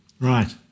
Right